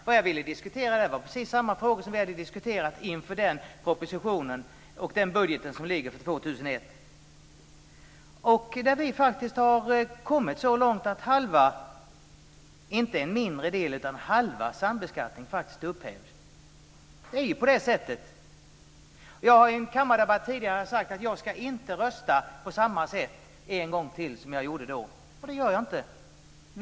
Vad jag ville diskutera är precis de frågor som vi hade diskuterat inför propositionen och inför den budget som ligger för år 2001. Vi har faktiskt kommit så långt att halva, inte en mindre del av, sambeskattningen faktiskt upphävts. Det är faktiskt på det sättet! Jag har tidigare i en kammardebatt sagt att jag inte en gång till ska rösta på samma sätt som jag då gjorde, och det gör jag inte heller.